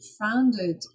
founded